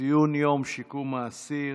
ציון יום שיקום האסיר,